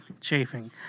chafing